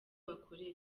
bakorera